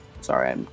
Sorry